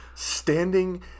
Standing